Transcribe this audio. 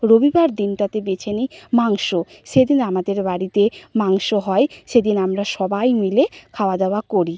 রবিবার দিনটাকে বেছে নিই মাংস সেদিন আমাদের বাড়িতে মাংস হয় সেদিন আমরা সবাই মিলে খাওয়া দাওয়া করি